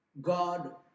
God